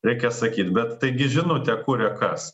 reikia sakyt bet taigi žinutę kuria kas